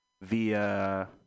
via